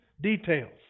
details